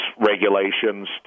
regulations